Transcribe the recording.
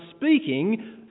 speaking